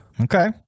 Okay